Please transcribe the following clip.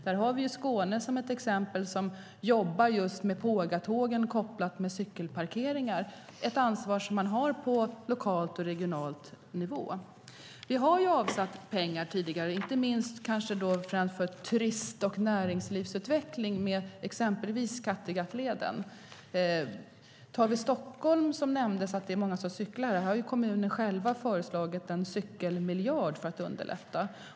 Där har vi Skåne som ett exempel, som jobbar just med pågatågen kopplade till cykelparkeringar, ett ansvar som man har på lokal och regional nivå. Vi har avsatt pengar tidigare, inte minst för turism och näringslivsutveckling, med exempelvis Kattegattleden. Det nämndes att det är många som cyklar i Stockholm. Här har kommunen själv föreslagit en cykelmiljard för att underlätta.